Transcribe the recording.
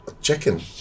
chicken